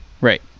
Right